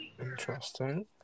Interesting